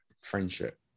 friendship